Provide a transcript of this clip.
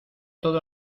todo